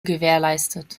gewährleistet